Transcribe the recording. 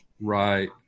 Right